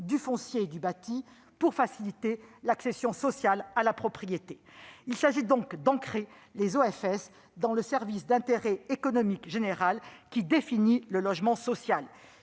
du foncier et du bâti afin de faciliter l'accession sociale à la propriété. Il s'agit donc d'ancrer les OFS dans le service d'intérêt économique général, qui définit le logement social.